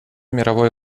мировой